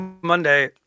Monday